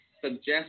suggest